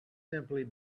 simply